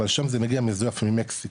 אבל שם זה מגיע מזויף ממקסיקו,